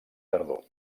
tardor